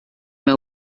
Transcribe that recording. meu